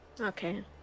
okay